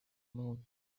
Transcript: moon